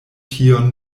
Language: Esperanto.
tion